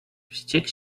wściekł